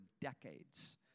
decades